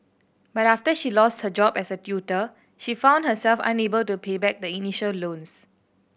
but after she lost her job as a tutor she found herself unable to pay back the initial loans